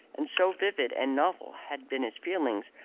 and so vivid and novel had been his feelings,